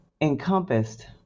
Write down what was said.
encompassed